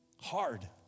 hard